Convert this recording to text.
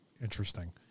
interesting